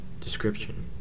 Description